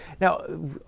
Now